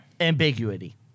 Ambiguity